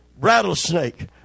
rattlesnake